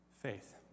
faith